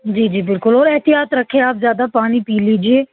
جی جی بالکل اور احتیاط رکھیں آپ زیادہ پانی پی لیجیے